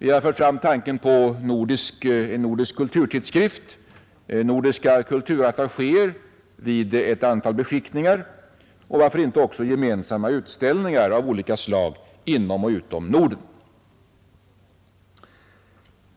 Vi har fört fram tanken på en nordisk kulturtidskrift, nordiska kulturattachéer vid ett antal beskickningar och varför inte också gemensamma utställningar av olika slag inom och utom Norden.